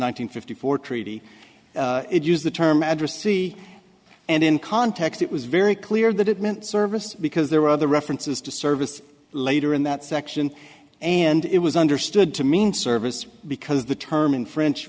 hundred fifty four treaty it used the term address c and in context it was very clear that it meant service because there were other references to service later in that section and it was understood to mean service because the term in french